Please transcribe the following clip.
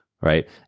right